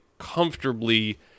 comfortably